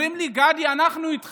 אומרים לי הנורבגים: גדי, אנחנו איתך,